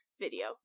video